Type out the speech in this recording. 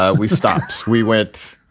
ah we stopped. we went,